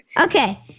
Okay